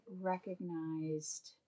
recognized